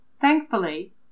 Thankfully